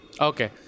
Okay